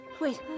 wait